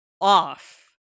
off